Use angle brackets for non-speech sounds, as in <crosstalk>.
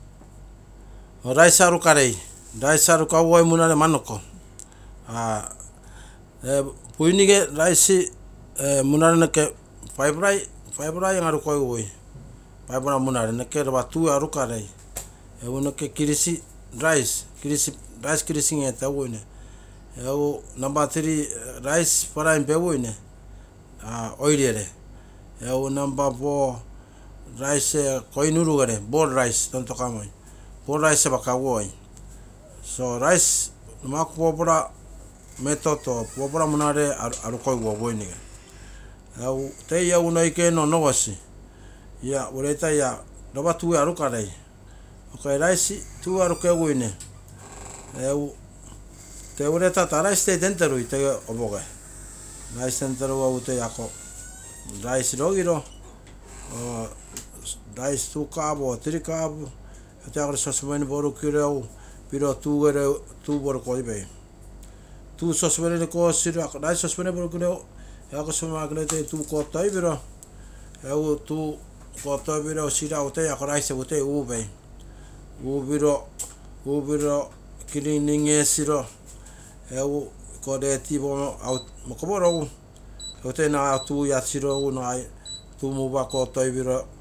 Rice arukarei rice arukaguoi munare amanoko. <hesitation> buinige rice munare noke five plai an arukogigui, noke lopa tuue noke kuruminkoipeguine muoi egu noke frying eteguine oil ere egu namba four, rice keinurugere bail rice rice method fourpla using etogigui, toi egu noikeino onogosi ropa tuee arukeguine. Tee ureita tee rice two cup or three cup egu toi ako sauspan porukogino. tuu kotopiro egu sigirai ako rice egu toi upei. Upiro cleaning esiro iko dirty mokopo rogu egu toi nagai ako tuu iagisiro egu tuu musupe kosiro.